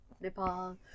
Nepal